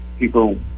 People